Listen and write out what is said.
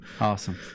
awesome